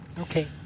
Okay